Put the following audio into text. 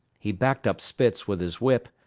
he backed up spitz with his whip,